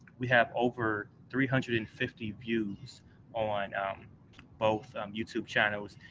we have over three hundred and fifty views on um both um youtube channels.